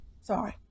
Sorry